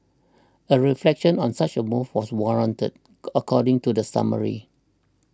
a reflection on such a move was warranted according to the summary